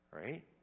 right